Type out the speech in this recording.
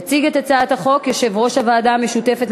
יציג את הצעת החוק יושב-ראש הוועדה המשותפת